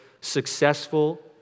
successful